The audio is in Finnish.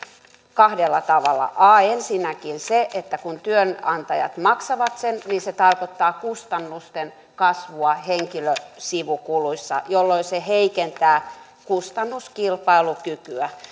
kahdella tavalla ensinnäkin niin että kun työnantajat maksavat sen niin se tarkoittaa kustannusten kasvua henkilösivukuluissa jolloin se heikentää kustannuskilpailukykyä